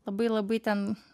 labai labai ten